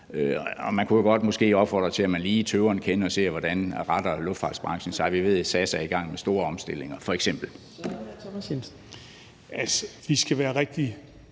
og man kunne jo måske godt opfordre til, at man lige tøver en kende og ser, hvordan luftfartsbranchen retter sig. Vi ved f.eks., at SAS er i gang med store omstillinger. Kl.